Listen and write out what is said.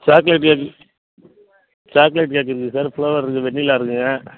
chocolate cake chocolate cake இருக்குது sir flavour இருக்குது vanilla இருக்குங்க